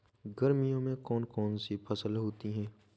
गर्मियों में कौन कौन सी फसल होती है?